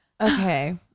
okay